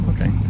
Okay